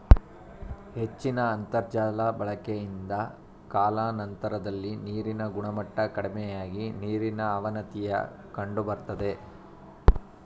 ಹೆಚ್ಚಿದ ಅಂತರ್ಜಾಲ ಬಳಕೆಯಿಂದ ಕಾಲಾನಂತರದಲ್ಲಿ ನೀರಿನ ಗುಣಮಟ್ಟ ಕಡಿಮೆಯಾಗಿ ನೀರಿನ ಅವನತಿಯ ಕಂಡುಬರ್ತದೆ